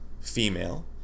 female